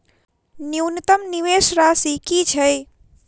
न्यूनतम निवेश राशि की छई?